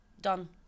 Done